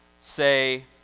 say